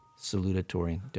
salutatorian